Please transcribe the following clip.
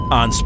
on